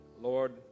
Lord